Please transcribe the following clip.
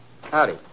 Howdy